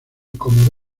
como